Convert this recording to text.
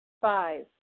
Five